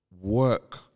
work